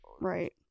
right